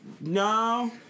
No